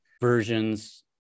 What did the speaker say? versions